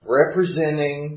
representing